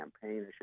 campaign